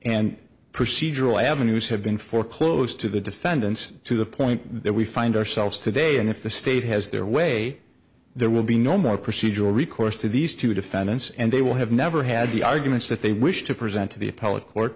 and procedural avenues have been for close to the defendants to the point that we find ourselves today and if the state has their way there will be no more procedural recourse to these two defendants and they will have never had the arguments that they wish to present to the appellate court